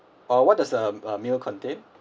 uh what does a a meal contain